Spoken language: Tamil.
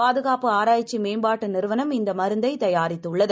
பாதுகாப்பு ஆராய்ச்சிமேம்பாட்டுநிறுவனம் இந்தமருந்துதயாரித்துள்ளது